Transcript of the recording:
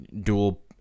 dual